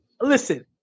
listen